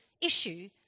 issue